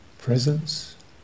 presence